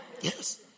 Yes